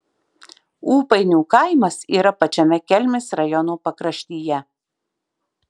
ūpainių kaimas yra pačiame kelmės rajono pakraštyje